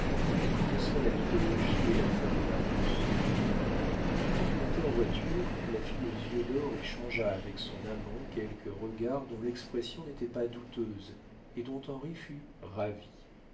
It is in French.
nous connaissons la mythologie et la fable d'argus avant de monter en voiture la fille aux yeux d'or échangea avec son amant quelques regards dont l'expression n'était pas douteuse et dont henri fut ravi